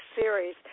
series